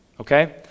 okay